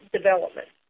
development